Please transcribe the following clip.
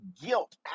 guilt